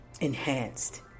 enhanced